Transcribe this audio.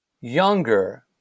younger